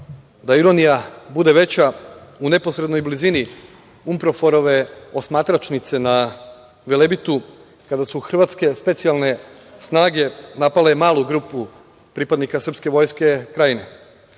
Da ironija bude veća, u neposrednoj blizini Unproforove osmatračnice na Velebitu, kada su hrvatske specijalne snage napale malu grupu pripadnika srpske vojske Krajine. Naime,